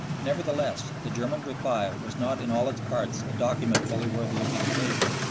nevertheless, the german reply was not in all its parts a document fully worthy of the occasion,